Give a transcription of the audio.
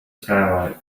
skylight